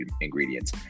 ingredients